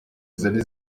zari